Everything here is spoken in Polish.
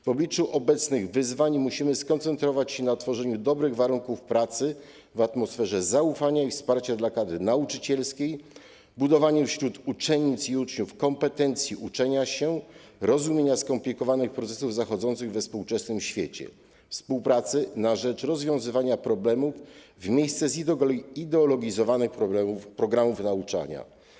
W obliczu obecnych wyzwań musimy skoncentrować się na tworzeniu dobrych warunków pracy w atmosferze zaufania i wsparcia dla kadry nauczycielskiej, budowaniu wśród uczennic i uczniów kompetencji uczenia się i rozumienia skomplikowanych procesów zachodzących we współczesnym świecie, współpracy na rzecz rozwiązywania problemów w miejsce zideologizowanych programów nauczania.